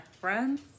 friends